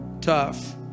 tough